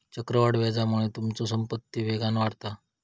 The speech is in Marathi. चक्रवाढ व्याजामुळे तुमचो संपत्ती वेगान वाढता